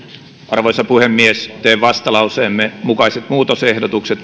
arvoisa puhemies teen vastalauseemme mukaiset muutosehdotukset